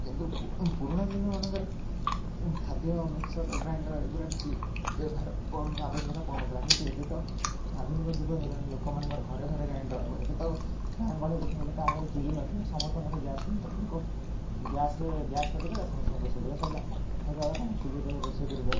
କିନ୍ତୁ ପୁ ଉଁ ହୁଁ ପୁରୁଣା ଦିନମାନଙ୍କରେ ଉଁ ଖାଦ୍ୟ ମିକଶ୍ଚର ଗ୍ରାଇଣ୍ଡର୍ ଏଗୁରା କିଛି ଉଁ ବ୍ୟବହାର ପଡ଼ ଆବଶ୍ୟକତା ପଡ଼ୁନଥିଲା କିନ୍ତୁ ଏବେ ତ ଆଧୁନିକ ଯୁଗ ହେଇଗଲାଣି ଲୋକମାନଙ୍କର ଘରେ ଘରେ ଗ୍ରାଇଣ୍ଡର୍ ଏବେ ତ ଗାଁ ଗହଳିରେ ଦେଖିବାକୁ ଗଲେ କାଘରେ ଚୁଲିନଥିବ ସମସ୍ତଙ୍କ ଘରେ ଗ୍ୟାସ୍ ସିଲିଣ୍ଡର୍ ଲୋକ ଗ୍ୟାସ୍ରେ ଗ୍ୟାସ୍ ଲଗେଇଦେଲେ ସାଙ୍ଗେସାଙ୍ଗେ ରୋଷେଇ କଲେ ସରିଲା ସେତେବେଳେ କ'ଣ ଚୁଲିରେ ରୋଷେଇ କରିବେ